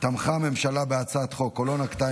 "תמכה הממשלה בהצעת חוק או לא נקטה,